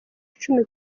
icumi